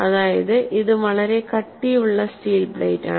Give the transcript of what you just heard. അതായത് ഇത് വളരെ കട്ടിയുള്ള സ്റ്റീൽ പ്ലേറ്റാണ്